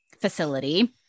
facility